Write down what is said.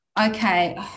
okay